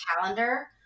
calendar